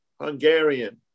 Hungarian